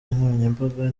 nkoranyambaga